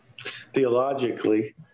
theologically